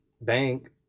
bank